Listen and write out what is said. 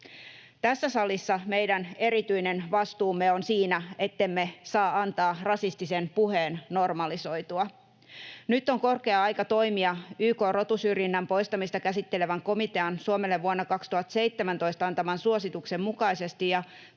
Tässä salissa meidän erityinen vastuumme on siinä, ettemme saa antaa rasistisen puheen normalisoitua. Nyt on korkea aika toimia YK:n rotusyrjinnän poistamista käsittelevän komitean Suomelle vuonna 2017 antaman suosituksen mukaisesti ja